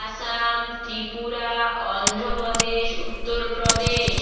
Assam Tripura Andhra Pradesh Uttar Pradesh